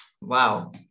wow